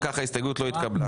אם כך ההסתייגות לא התקבלה.